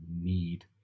need